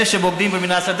אלה שבוגדים במדינת ישראל.